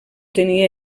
tenia